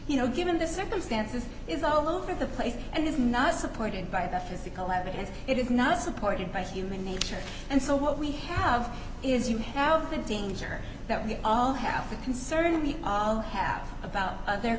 you know given the circumstances is all over the place and is not supported by the physical evidence it is not supported by human nature and so what we have is you know the danger that we all have a concern we all have about othe